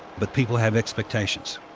but people have expectations.